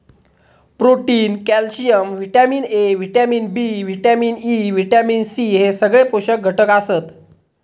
protein, calcium, vitamin A, vitamin B, vitamin E, vitamin C हे सगळे पोषक घटक आसत